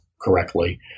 correctly